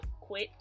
quit